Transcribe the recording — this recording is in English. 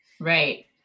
Right